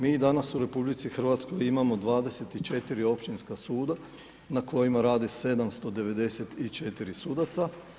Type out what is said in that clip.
Mi danas u RH imamo 24 općinska suda na kojima rade 794 sudaca.